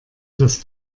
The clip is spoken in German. das